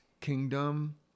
kingdom